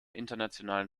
internationalen